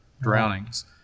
drownings